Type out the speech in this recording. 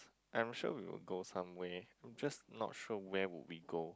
I'm sure we will go somewhere just not sure where will we go